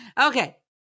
Okay